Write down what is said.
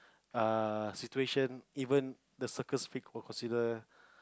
err situation even the circus freak will consider